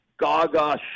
Gaga